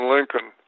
Lincoln